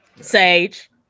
Sage